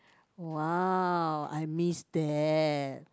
!wow! I miss that